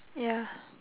ya